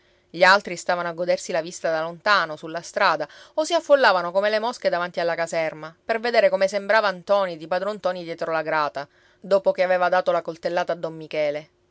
gli altri stavano a godersi la vista da lontano sulla strada o si affollavano come le mosche davanti alla caserma per vedere come sembrava ntoni di padron ntoni dietro la grata dopo che aveva dato la coltellata a don michele